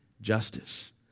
justice